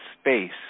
space